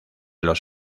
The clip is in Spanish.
los